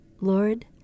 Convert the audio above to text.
Lord